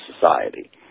society